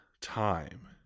time